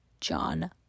John